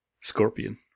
Scorpion